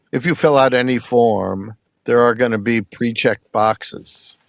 if you fill out any form there are going to be pre-check boxes,